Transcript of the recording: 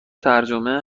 ترجمه